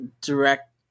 direct